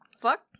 Fuck